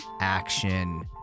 action